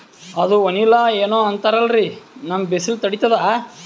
ಅದು ವನಿಲಾ ಏನೋ ಅಂತಾರಲ್ರೀ, ನಮ್ ಬಿಸಿಲ ತಡೀತದಾ?